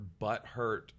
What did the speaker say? butthurt